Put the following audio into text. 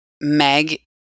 Meg